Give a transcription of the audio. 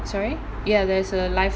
sorry ya there's a life